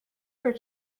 for